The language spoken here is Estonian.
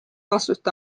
vastust